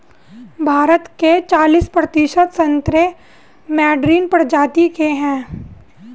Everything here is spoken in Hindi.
भारत के चालिस प्रतिशत संतरे मैडरीन प्रजाति के हैं